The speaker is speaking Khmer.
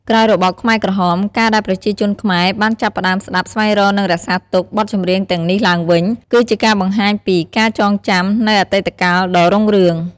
ក្រោយរបបខ្មែរក្រហម ការដែលប្រជាជនខ្មែរបានចាប់ផ្ដើម ស្តាប់ ស្វែងរក និង រក្សាទុក បទចម្រៀងទាំងនេះឡើងវិញ គឺជាការបង្ហាញពី ការចងចាំ នូវអតីតកាលដ៏រុងរឿង។